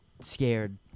scared